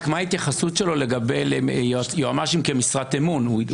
רק מה ההתייחסות שלו לגבי יועצים משפטיים כמשרת אמון?